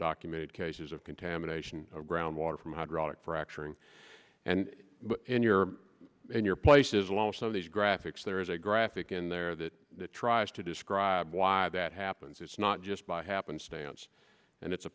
documented cases of contamination of groundwater from hydraulic fracturing and in your in your places along so these graphics there is a graphic in there that tries to describe why that happens it's not just by happenstance and it's a